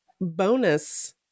bonus